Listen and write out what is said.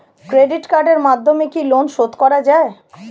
Credit কার্ডের মাধ্যমে কি লোন শোধ করা যায়?